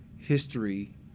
history